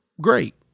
great